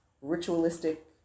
ritualistic